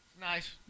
Nice